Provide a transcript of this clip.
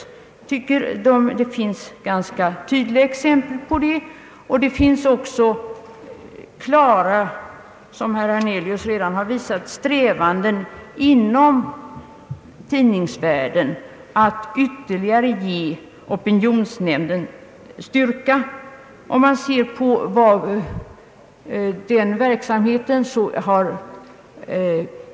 Jag tycker att det finns ganska tydliga exempel på effekten av nämndens uttalanden. Som herr Hernelius redan har påpekat, finns det i tidningsvärlden också klara strävanden att ge opinionsnämnden större styrka.